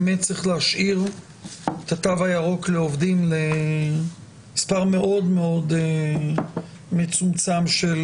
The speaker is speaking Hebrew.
באמת צריך להשאיר את התו הירוק לעובדים למספר מאוד-מאוד מצומצם של